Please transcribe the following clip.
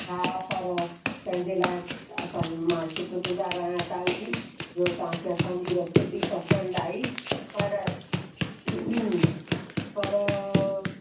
हा पर तंहिंजे लाइ असां मां शुक्रगुज़ार आहियां तव्हांजी जो तव्हांखे असांजी रेसिपी पसंदि आई पर पर